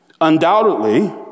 Undoubtedly